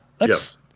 Yes